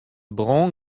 brân